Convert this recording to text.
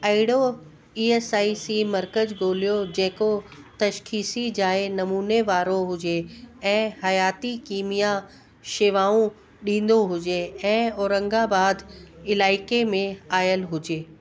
अहिड़ो E S I C मर्कज़ ॻोल्हियो जेको तशख़ीसी जाए नमूने वारो हुजे ऐं हयाती कीमिया शेवाऊं ॾींदो हुजे ऐं औरंगाबाद इलाइक़े में आयल हुजे